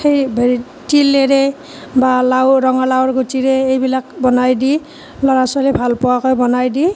সেই ভেই তিলেৰে বা লাও ৰঙালাউৰ গুটিৰে এইবিলাক বনাই দি ল'ৰা ছোৱালীয়ে ভাল পোৱাকৈ বনাই দি